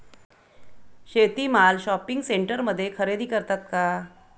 शेती माल शॉपिंग सेंटरमध्ये खरेदी करतात का?